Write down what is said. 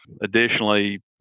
Additionally